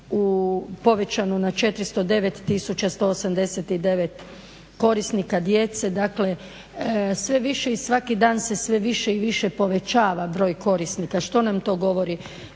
povećano na 409 tisuća 189 korisnika djece. Dakle, sve više i svaki dan se sve više i više povećava broj korisnika. Što nam to govori?